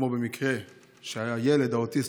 כמו במקרה של הילד האוטיסט,